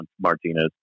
Martinez